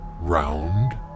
round